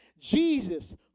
Jesus